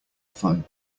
fun